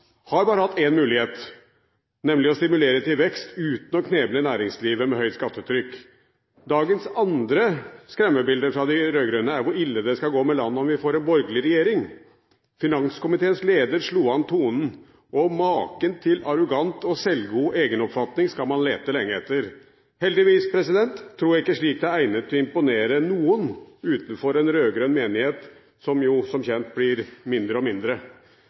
har bare hatt én mulighet, nemlig å stimulere til vekst uten å kneble næringslivet med høyt skattetrykk. Dagens andre skremmebilde fra de rød-grønne er hvor ille det skal gå med landet om vi får en borgerlig regjering. Finanskomiteens leder slo an tonen, og maken til arrogant og selvgod egenoppfatning skal man lete lenge etter. Heldigvis tror jeg ikke slikt er egnet til å imponere noen utenfor en rød-grønn menighet, som jo som kjent blir mindre og mindre.